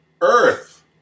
Earth